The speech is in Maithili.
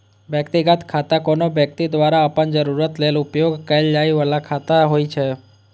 व्यक्तिगत खाता कोनो व्यक्ति द्वारा अपन जरूरत लेल उपयोग कैल जाइ बला खाता होइ छै